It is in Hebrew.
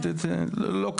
זה בסדר.